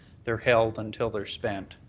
they're held until they're spent.